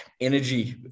energy